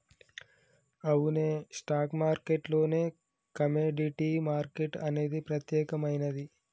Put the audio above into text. అవునే stock market లోనే commodity market అనేది ప్రత్యేకమైనది